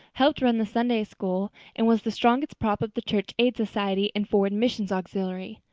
helped run the sunday-school, and was the strongest prop of the church aid society and foreign missions auxiliary.